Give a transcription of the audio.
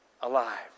alive